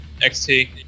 XT